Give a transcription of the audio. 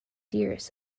ears